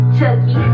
Chucky